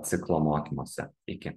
ciklo mokymuose iki